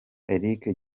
eric